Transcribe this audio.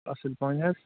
اَصٕل پٔہنۍ حظ